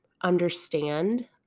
understand